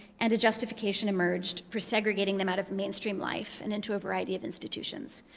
and a justification emerged for segregating them out of mainstream life and into a variety of institutions.